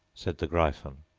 said the gryphon.